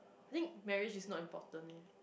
I think marriage is not important eh